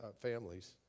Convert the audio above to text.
families